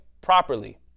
properly